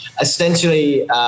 Essentially